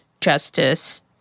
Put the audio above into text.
Justice